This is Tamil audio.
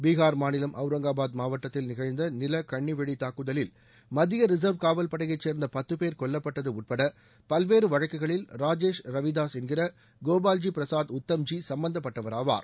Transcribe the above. பீகார் மாநிலம் அவுரங்காபாத் மாவட்டத்தில் நிகழ்ந்த நில கண்ணிவெடி தாக்குதலில் மத்திய ரிசர்வ் காவல் படையைச் சேர்ந்த பத்து பேர் கொல்லப்பட்டது உட்பட பல்வேறு வழக்குகளில் ராஜேஷ் ரவிதாஸ் என்கிற கோபால்ஜி பிரசாத் உத்தம்ஜி சம்பந்தப்பட்டவர் ஆவார்